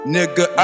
Nigga